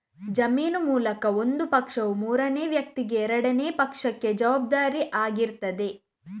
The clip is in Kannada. ಜಾಮೀನು ಮೂಲಕ ಒಂದು ಪಕ್ಷವು ಮೂರನೇ ವ್ಯಕ್ತಿಗೆ ಎರಡನೇ ಪಕ್ಷಕ್ಕೆ ಜವಾಬ್ದಾರಿ ಆಗಿರ್ತದೆ